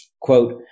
Quote